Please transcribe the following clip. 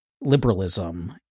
liberalism